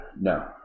No